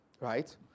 Right